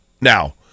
Now